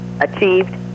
achieved